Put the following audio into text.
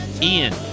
Ian